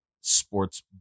sports